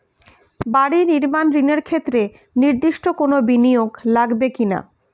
বাড়ি নির্মাণ ঋণের ক্ষেত্রে নির্দিষ্ট কোনো বিনিয়োগ লাগবে কি না?